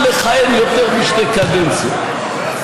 לאותם מקטרגים על החוק הזה, זה לא היה קורה.